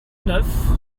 neuf